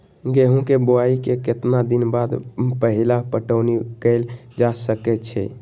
गेंहू के बोआई के केतना दिन बाद पहिला पटौनी कैल जा सकैछि?